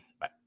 Bye